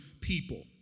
people